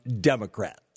Democrat